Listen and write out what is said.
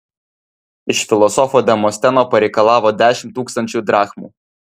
iš filosofo demosteno pareikalavo dešimt tūkstančių drachmų